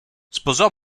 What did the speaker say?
sposò